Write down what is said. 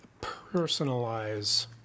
personalize